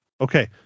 okay